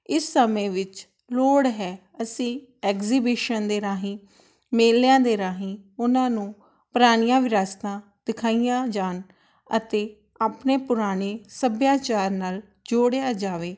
ਇਸ ਸਮੇਂ ਵਿੱਚ ਲੋੜ ਹੈ ਅਸੀਂ ਐਗਜੀਵੀਸ਼ਨ ਦੇ ਰਾਹੀਂ ਮੇਲਿਆਂ ਦੇ ਰਾਹੀਂ ਉਨ੍ਹਾਂ ਨੂੰ ਪਰਾਣੀਆਂ ਵਿਰਾਸਤਾਂ ਦਿਖਾਈਆਂ ਜਾਣ ਅਤੇ ਆਪਣੇ ਪੁਰਾਣੇ ਸੱਭਿਆਚਾਰ ਨਾਲ ਜੋੜਿਆ ਜਾਵੇ